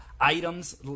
items